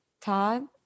Todd